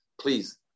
Please